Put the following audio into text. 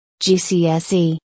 GCSE